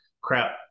crap